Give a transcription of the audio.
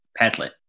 Padlet